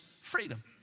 freedom